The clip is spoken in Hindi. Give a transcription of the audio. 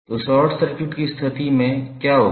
तो शॉर्ट सर्किट की स्थिति में क्या होगा